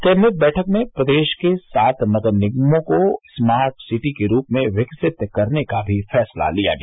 cabinet बैठक में प्रदेश के सात नगर निगमों को स्मार्ट सिटी के रूप में विकसित करने का भी फैसला लिया गया